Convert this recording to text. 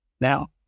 Now